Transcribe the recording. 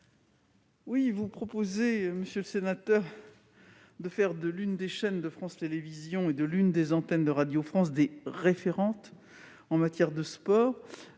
vous proposez de faire de l'une des chaînes de France Télévisions et de l'une des antennes de Radio France des « référentes » en matière de sport.